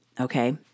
Okay